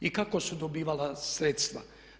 I kako su se dobivala sredstva?